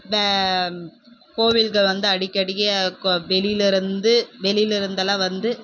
இந்த கோவில்கள் வந்து அடிக்கடிக்க வெளிலிருந்து வெளிலிருந்தல்லாம் வந்து